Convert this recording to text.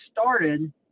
started